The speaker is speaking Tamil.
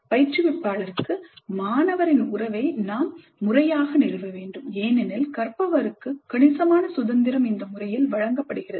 பயிற்றுவிப்பாளருக்கு மாணவரின் உறவை நாம் முறையாக நிறுவ வேண்டும் ஏனெனில் கற்பவருக்கு கணிசமான சுதந்திரம் இந்த முறையில் வழங்கப்படுகிறது